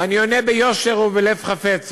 ואני עונה ביושר ובלב חפץ,